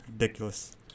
Ridiculous